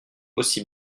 aussi